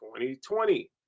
2020